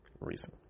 reason